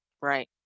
Right